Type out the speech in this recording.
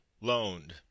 loaned